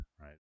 right